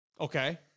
Okay